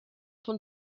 von